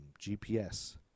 GPS